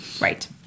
right